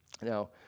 Now